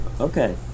Okay